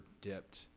dipped